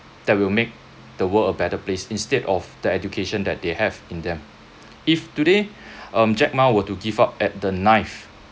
that will make the world a better place instead of the education that they have in them if today um jack ma were to give up at the ninth